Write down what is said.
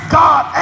god